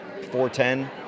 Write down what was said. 410